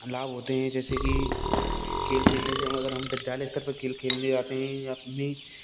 लाभ होते हैं जैसे की खेल खेलने से अगर हम विद्यालय स्तर पर खेल खेलने जाते हैं या अपनी